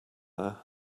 there